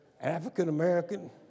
African-American